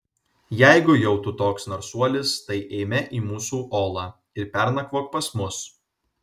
jeigu jau tu toks narsuolis tai eime į mūsų olą ir pernakvok pas mus